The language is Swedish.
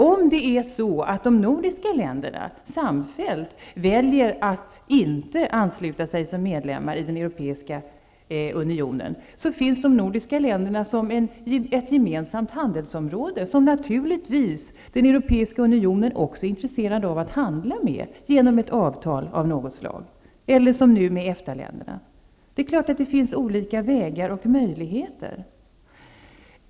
Om de nordiska länderna samfällt väljer att inte ansluta sig som medlemmar i den europeiska unionen, finns de nordiska länderna som ett gemensamt handelsområde, som den europeiska unionen naturligtvis också är intresserad av att handla med genom ett avtal av något slag eller så som nu sker med EFTA länderna. Det är klart att det finns olika vägar och möjligheter.